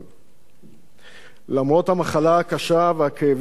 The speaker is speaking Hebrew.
למרות המחלה הקשה והכאבים המשכת להגיע לכנסת,